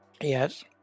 Yes